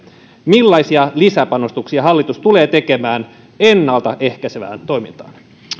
millaisia lisäpanostuksia hallitus tulee tekemään ennalta ehkäisevään toimintaan